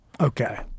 Okay